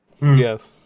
Yes